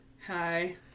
Hi